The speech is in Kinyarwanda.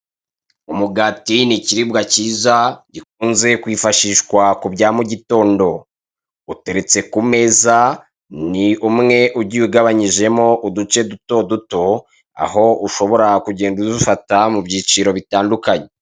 Umugati ni ikiribwa cyiza gikunze kwifashishwa ku bya mugitondo uteretse ku meza, ni umwe ugiye ugabanyijemo uduce dutoduto aho ushobora kugenda udufata mu byiciro bitandukanye.